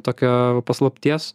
tokio paslapties